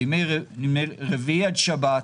בימי רביעי עד שבת,